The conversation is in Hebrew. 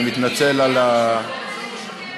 אני מתנצל על המהומה.